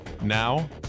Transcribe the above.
Now